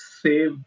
save